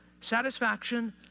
satisfaction